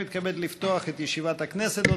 אני מתכבד לפתוח את ישיבת הכנסת.